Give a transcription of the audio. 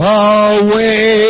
away